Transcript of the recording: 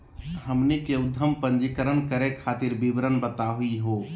हमनी के उद्यम पंजीकरण करे खातीर विवरण बताही हो?